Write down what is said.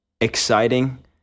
exciting